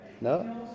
No